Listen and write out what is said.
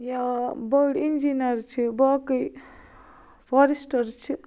یا بٔڑۍ اِنجیٖنر چھِ باقٕے فارشٹر چھِ